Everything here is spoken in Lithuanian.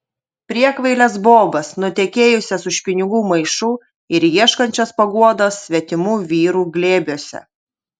priekvailes bobas nutekėjusias už pinigų maišų ir ieškančias paguodos svetimų vyrų glėbiuose